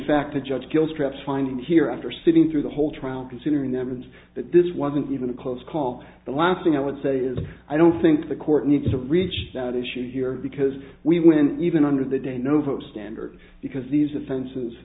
fact the judge skill straps finding here after sitting through the whole trial considering that means that this wasn't even a close call the last thing i would say is i don't think the court needs to reach that issue here because we when even under the de novo standard because these